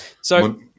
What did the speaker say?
So-